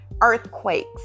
earthquakes